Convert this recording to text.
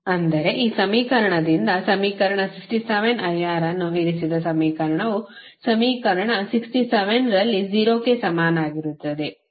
ಅಂದರೆ ಈ ಸಮೀಕರಣದಿಂದ ಸಮೀಕರಣ 67 IR ಅನ್ನು ಇರಿಸಿದ ಸಮೀಕರಣವು ಸಮೀಕರಣ67 ರಲ್ಲಿ 0 ಕ್ಕೆ ಸಮನಾಗಿರುತ್ತದೆ